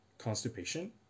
constipation